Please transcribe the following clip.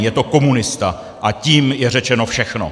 Je to komunista a tím je řečeno všechno.